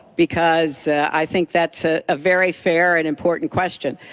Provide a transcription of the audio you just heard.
because i think that's a very fair and important question.